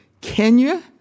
Kenya